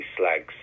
slags